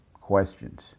questions